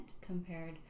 compared